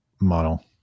model